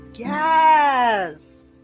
Yes